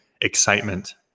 excitement